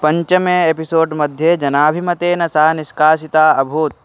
पञ्चमे एपिसोड् मध्ये जनाभिमतेन सा निष्कासिता अभूत्